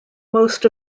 most